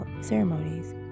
ceremonies